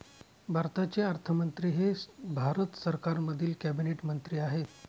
भारताचे अर्थमंत्री हे भारत सरकारमधील कॅबिनेट मंत्री आहेत